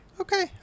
Okay